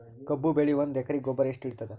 ಕಬ್ಬು ಬೆಳಿ ಒಂದ್ ಎಕರಿಗಿ ಗೊಬ್ಬರ ಎಷ್ಟು ಹಿಡೀತದ?